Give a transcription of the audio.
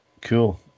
Cool